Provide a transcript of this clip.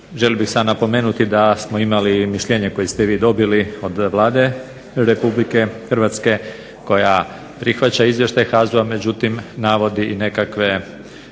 želio bih samo napomenuti da smo imali mišljenje koje ste vi dobili od Vlade RH koja prihvaća Izvještaj HAZU-a međutim navodi i nekakve